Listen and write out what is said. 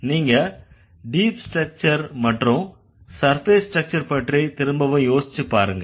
நீங்க deep structure மற்றும் surface structure பற்றி திரும்பவும் யோசிச்சுப் பாருங்க